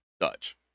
Dutch